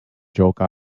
joke